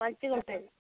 మంచిగా ఉంటాయి